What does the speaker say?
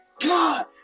God